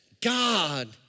God